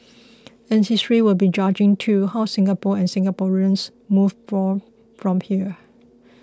and history will be judging too how Singapore and Singaporeans move forth from here